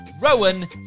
Rowan